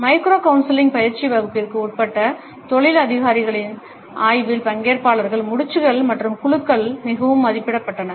micro counselling பயிற்சி வகுப்பிற்கு உட்பட்ட தொழில் அதிகாரிகளின் ஆய்வில் பங்கேற்பாளர்களால் முடிச்சுகள் மற்றும் குலுக்கல்கள் மிகவும் மதிப்பிடப்பட்டன